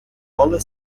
коле